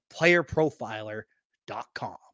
PlayerProfiler.com